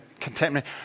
contentment